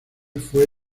fue